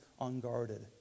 unguarded